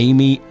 Amy